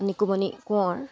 Nikumoni Konwar